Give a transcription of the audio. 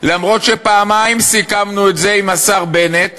למרות שפעמיים סיכמנו את זה עם השר בנט,